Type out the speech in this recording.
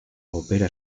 opera